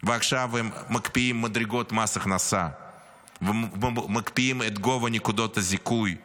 ועכשיו הם מקפיאים מדרגות מס הכנסה ומקפיאים את גובה נקודות הזיכוי למס,